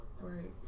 Right